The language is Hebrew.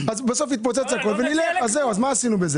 בסוף הכול יתפוצץ ונלך ואז מה עשינו?